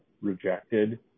rejected